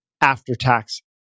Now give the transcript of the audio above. after-tax